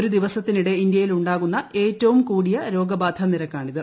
ഒരു ദിവസത്തിനിടെ ഇന്ത്യയിലുണ്ടാകുന്ന ഏറ്റവും കൂടിയ രോഗബാധ നിരക്കാണ് ഇത്